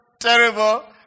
terrible